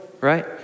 right